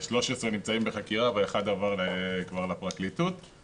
13 נמצאים בחקירה ואחד עבר כבר לפרקליטות.